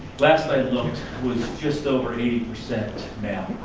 last i looked was just over eighty percent male.